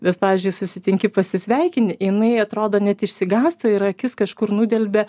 bet pavyzdžiui susitinki pasisveikini jinai atrodo net išsigąsta ir akis kažkur nudelbia